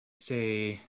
say